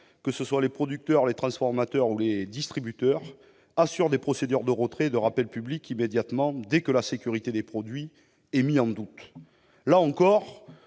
que ce soit les producteurs, les transformateurs ou les distributeurs, assurent des procédures de retrait et de rappel publiques immédiatement, dès que la sécurité des produits est mise en doute. Si, comme